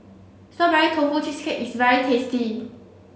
strawberry tofu cheesecake is very tasty